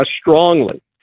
strongly